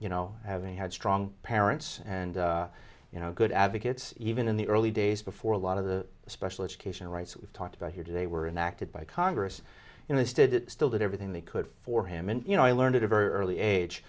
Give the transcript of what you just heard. you know having had strong parents and you know good advocates even in the early days before a lot of the special education rights we've talked about here today were in acted by congress instead it still did everything they could for him and you know i learned a very early age